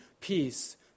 peace